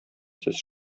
сез